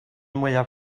mwyaf